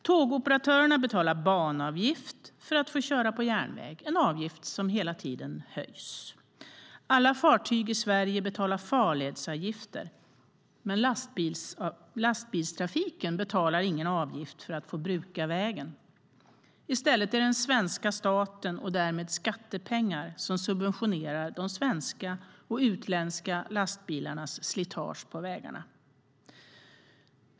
Tågoperatörerna betalar banavgift för att få köra på järnvägen, en avgift som hela tiden höjs. Alla fartyg i Sverige betalar farledsavgifter. Men lastbilstrafiken betalar ingen avgift för att få bruka vägarna. I stället är det svenska staten och därmed skattepengar som subventionerar de svenska och utländska lastbilarnas slitage på vägarna.